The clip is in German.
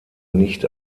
nicht